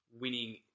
winning